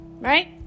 right